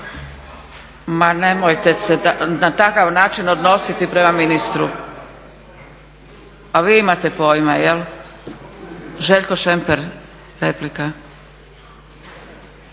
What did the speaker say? Ma nemojte se na takav način odnositi prema ministru. A vi imate pojma jel? Željko Šemper, replika.